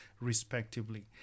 respectively